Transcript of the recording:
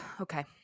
Okay